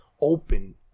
open